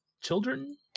children